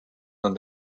nad